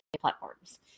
platforms